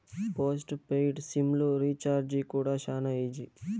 post paid sim లు recharge కూడా శానా ఈజీ